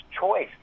choice